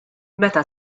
meta